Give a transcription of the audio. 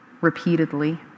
repeatedly